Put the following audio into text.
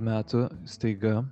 metų staiga